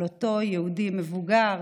על אותו יהודי מבוגר.